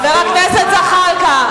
על אפך ועל חמתך.